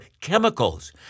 chemicals